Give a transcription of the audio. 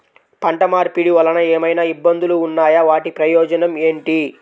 పంట మార్పిడి వలన ఏమయినా ఇబ్బందులు ఉన్నాయా వాటి ప్రయోజనం ఏంటి?